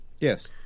Yes